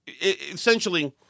essentially